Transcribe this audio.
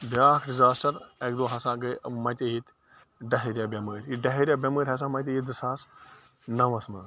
بیٛاکھ ڈِزاسٹَر اَکہِ دۄہ ہسا گٔے مَتے ییٚتہِ ڈہایریا بیٚمٲرۍ یہِ ڈہایریا بیٚمٲرۍ ہسا مَتے ییٚتہِ زٕ ساس نَوَس منٛز